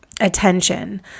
attention